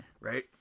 Right